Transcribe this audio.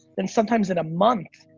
than sometimes in a month.